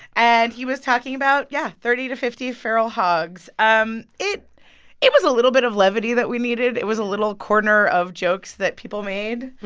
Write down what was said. and he was talking about, yeah, thirty to fifty feral hogs. um it it was a little bit of levity that we needed. it was a little corner of jokes that people made.